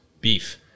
beef